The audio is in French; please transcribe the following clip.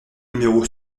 numéro